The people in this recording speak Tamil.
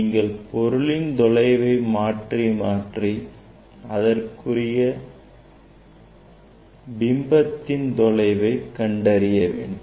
நீங்கள் பொருளின் தொலைவை மாற்றி மாற்றி அதற்குரிய பிம்பத்தின் தொலையவை கண்டறிய வேண்டும்